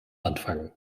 anfangen